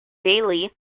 daily